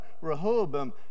rehoboam